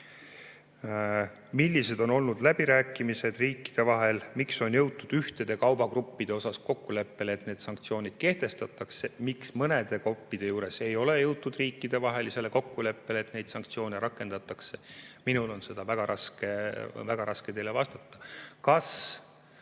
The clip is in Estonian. Millised on olnud läbirääkimised riikide vahel, miks on jõutud ühtede kaubagruppide puhul kokkuleppele, et sanktsioonid kehtestatakse, miks mõnede puhul ei ole jõutud riikidevahelisele kokkuleppele, et neid sanktsioone rakendatakse? Minul on väga raske teile vastata. Kas